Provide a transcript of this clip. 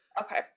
okay